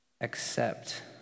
accept